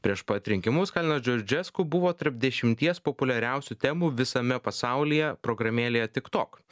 prieš pat rinkimus kalinas džordžesku buvo tarp dešimties populiariausių temų visame pasaulyje programėlėje tiktok